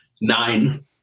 Nine